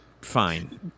fine